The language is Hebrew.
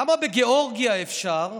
למה בגאורגיה אפשר?